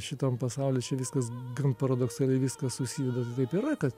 šitam pasauly čia viskas gan paradoksaliai viskas susideda tai taip yra kad